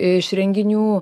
iš renginių